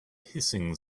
hissing